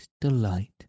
delight